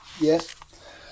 yes